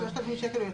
3,000 שקלים,